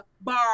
bar